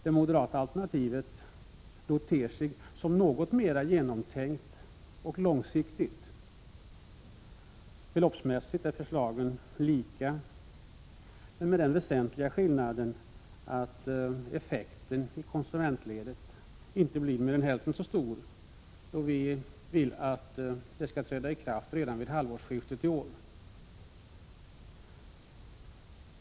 Det moderata alternativet ter sig något mer genomtänkt och långsiktigt. Beloppsmässigt är förslagen lika men med den väsentliga skillnaden att vårt förslag innebär att effekten i konsumentledet inte blir mer än hälften så stor, eftersom vi vill att ändringen skall träda i kraft vid halvårsskiftet i år.